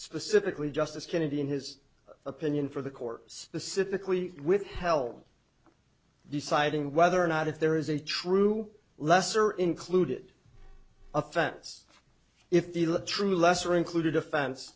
specifically justice kennedy in his opinion for the court specifically withheld deciding whether or not if there is a true lesser included offense if the true lesser included offense